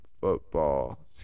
football